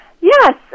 Yes